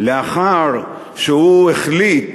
לאחר שהוא החליט,